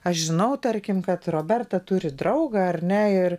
aš žinau tarkim kad roberta turi draugą ar ne ir